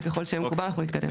ככל שיהיה מקובל, נתקדם.